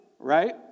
right